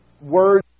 words